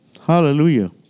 Hallelujah